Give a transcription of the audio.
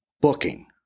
booking